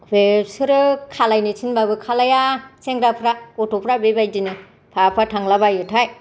बेसोरो खालामनो थिनबाबो खालामा सेंग्राफ्रा गथ'फ्रा बेबायदिनो बहा बहा थांलाबायोथाय